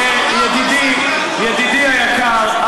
ידידי היקר,